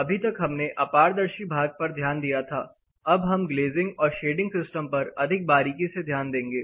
अभी तक हमने अपारदर्शी भाग पर ध्यान दिया था अब हम ग्लेजिंग और शेडिंग सिस्टम पर अधिक बारीकी से ध्यान देंगे